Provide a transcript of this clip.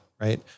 right